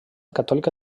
catòlica